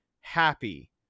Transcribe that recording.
happy